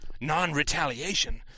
non-retaliation